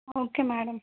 okay madam